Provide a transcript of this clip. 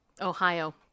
Ohio